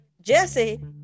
Jesse